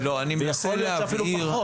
ויכול להיות שאפילו פחות.